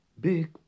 big